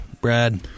Brad